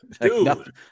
Dude